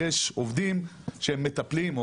יש עובדים שהם מטפלים,